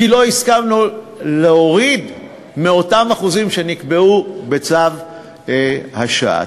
כי לא הסכמנו להוריד מאותם אחוזים שנקבעו בצו השעה.